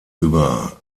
über